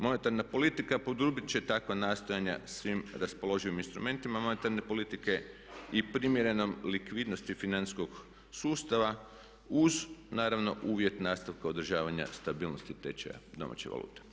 Monetarna politika poduprijeti će takva nastojanja svim raspoloživim instrumentima monetarne politike i primjerenoj likvidnosti financijskog sustava uz naravno uvjet nastavka održavanja stabilnosti tečaja domaće valute.